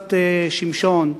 מפלוגת שמשון,